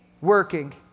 working